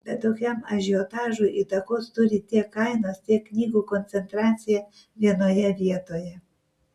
bet tokiam ažiotažui įtakos turi tiek kainos tiek knygų koncentracija vienoje vietoje